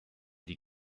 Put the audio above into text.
die